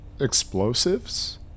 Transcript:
explosives